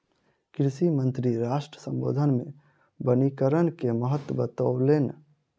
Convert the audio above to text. कृषि मंत्री राष्ट्र सम्बोधन मे वनीकरण के महत्त्व बतौलैन